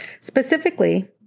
specifically